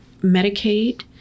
Medicaid